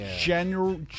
general